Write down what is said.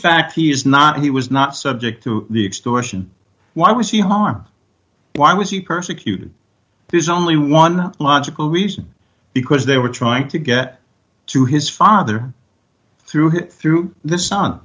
fact he is not he was not subject to the extortion why was he home why was he persecuted there's only one logical reason because they were trying to get to his father through him through the s